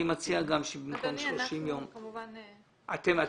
אנחנו כמובן מתנגדים.